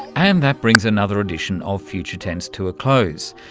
and that brings another edition of future tense to a close.